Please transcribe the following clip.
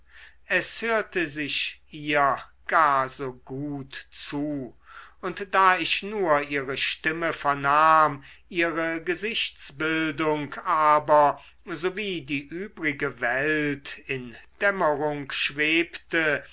es hörte sich ihr gar so gut zu und da ich nur ihre stimme vernahm ihre gesichtsbildung aber sowie die übrige welt in dämmerung schwebte